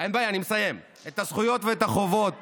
ואת החובות